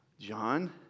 John